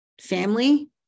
Family